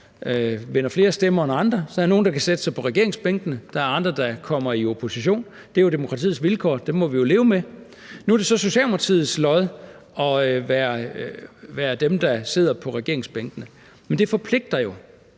vinder flere stemmer end andre; der er nogle, der kan sætte sig på regeringsbænkene, og der er andre, der kommer i opposition. Det er jo demokratiets vilkår, og det må vi jo leve med. Nu er det så Socialdemokratiets lod at være dem, der sidder på regeringsbænkene, men det forpligter jo.